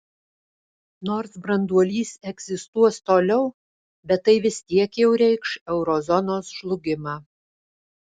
nors branduolys egzistuos toliau bet tai vis tiek jau reikš euro zonos žlugimą